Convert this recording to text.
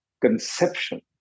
conception